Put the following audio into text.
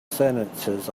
sentences